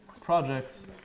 projects